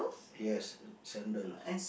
yes sandal